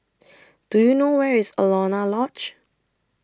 Do YOU know Where IS Alaunia Lodge